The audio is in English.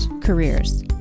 careers